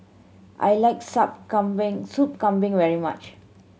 I like Sup Kambing Soup Kambing very much